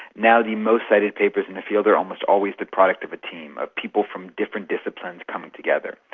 now the most feted papers in the field are almost always the product of a team, of people from different disciplines coming together.